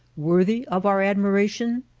worthy of our admiration?